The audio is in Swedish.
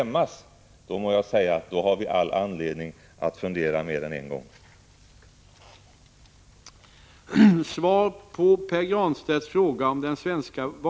På vad sätt är de garantier mot vidareexport av svenska vapen som Singapore nu lämnat mer tillförlitliga än de som lämnats tidigare?